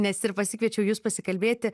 nes ir pasikviečiau jus pasikalbėti